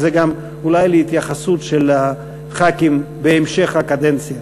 ואולי הוא שווה התייחסות של חברי הכנסת בהמשך הקדנציה.